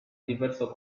diverso